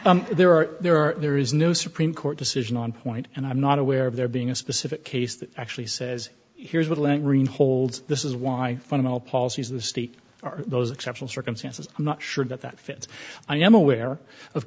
it there are there are there is no supreme court decision on point and i'm not aware of there being a specific case that actually says here's what alegria hold this is why fundamental policies of the state are those exceptional circumstances i'm not sure that that fits i am aware of